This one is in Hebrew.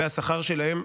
והשכר שלהם,